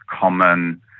common